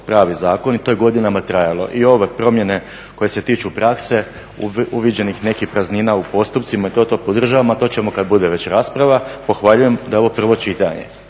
pravi zakon i to je godinama trajalo. I ove promjene koje se tiču prakse, uviđenih nekih praznina u postupcima i to, to podržavam, a to ćemo kad bude već rasprava. Pohvaljujem da je ovo prvo čitanje,